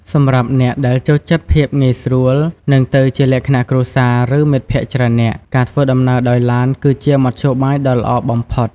សម្រាប់អ្នកដែលចូលចិត្តភាពងាយស្រួល និងទៅជាលក្ខណៈគ្រួសារ ឬមិត្តភក្តិច្រើននាក់ ការធ្វើដំណើរដោយឡាន គឺជាមធ្យោបាយដ៏ល្អបំផុត។